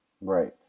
right